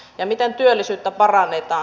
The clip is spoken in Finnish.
ja miten työllisyyttä parannetaan